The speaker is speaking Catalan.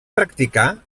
practicà